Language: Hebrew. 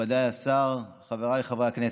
מכובדי השר, חבריי חברי הכנסת,